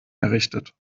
errichtet